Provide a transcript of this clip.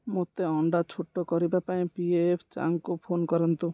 ମୋତେ ଅଣ୍ଡା ଛୋଟ କରିବା ପାଇଁ ପି ଏଫ୍ ଚାଙ୍ଗକୁ ଫୋନ୍ କରନ୍ତୁ